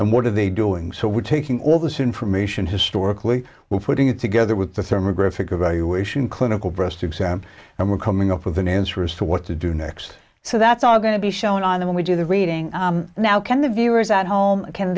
and what are they doing so we're taking all this information historically we're putting it together with the term a graphic evaluation clinical breast exam and we're coming up with an answer as to what to do next so that's all going to be shown on the when we do the reading now can the viewers at home can